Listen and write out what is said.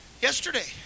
yesterday